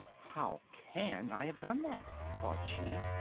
how can i have done that? thought she,